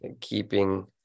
keeping